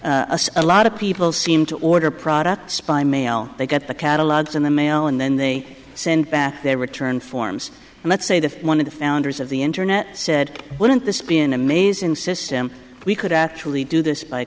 a lot of people seem to order products by mail they get the catalogs in the mail and then they send back their return forms and that say that one of the founders of the internet said wouldn't this be an amazing system we could actually do this by